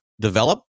develop